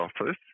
office